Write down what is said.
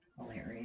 Hilarious